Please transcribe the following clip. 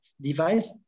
device